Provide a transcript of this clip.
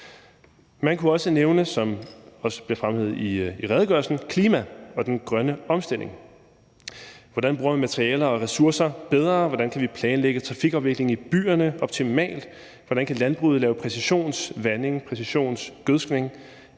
Man kunne også nævne, som det også bliver fremhævet i redegørelsen, klima og den grønne omstilling. Hvordan bruger vi materialer og ressourcer bedre? Hvordan kan vi planlægge trafikafvikling i byerne optimalt? Hvordan kan landbruget lave præcisionsvanding, præcisionsgødskning?